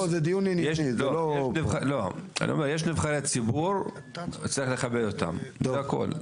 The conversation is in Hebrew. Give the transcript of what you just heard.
יש נבחרי ציבור צריך לכבד אותם, זה הכל.